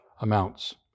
amounts